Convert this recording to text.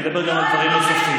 אני אדבר גם על דברים נוספים,